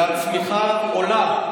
והצמיחה עולה,